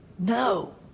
No